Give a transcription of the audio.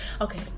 okay